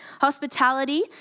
hospitality